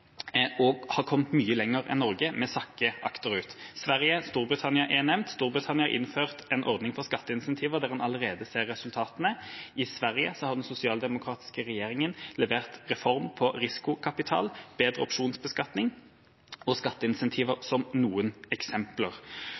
og har kommet mye lenger enn Norge. Vi sakker akterut. Sverige og Storbritannia er nevnt. Storbritannia har innført en ordning for skatteincentiver, som en allerede ser resultat av. I Sverige har den sosialdemokratiske regjeringen levert reform for risikokapital, bedre opsjonsbeskatning og skatteincentiver, som noen eksempler.